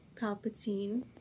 Palpatine